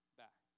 back